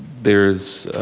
there's,